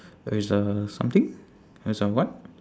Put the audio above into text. erza something erza what